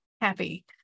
happy